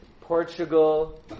Portugal